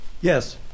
Yes